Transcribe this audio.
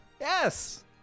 yes